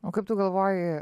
o kaip tu galvoji